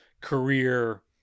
career